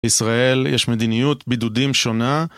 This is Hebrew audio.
ישראל, יש מדיניות בידודים שונה.